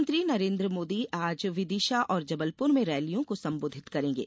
प्रधानमंत्री नरेन्द्र मोदी आज विदिशा और जबलपुर में रैलियों को सम्बोधित करेंगे